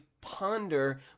ponder